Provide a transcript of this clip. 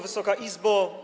Wysoka Izbo!